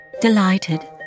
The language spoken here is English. Delighted